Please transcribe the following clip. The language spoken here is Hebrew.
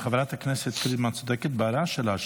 חברת הכנסת פרידמן צודקת בהערה שלה,